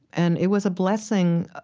and it was a blessing.